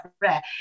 rare